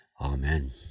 Amen